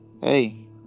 hey